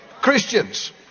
Christians